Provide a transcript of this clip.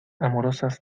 amorosas